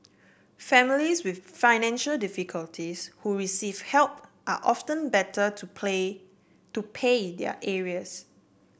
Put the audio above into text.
families with financial difficulties who receive help are often better to play to pay their arrears